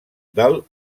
del